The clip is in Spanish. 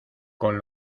con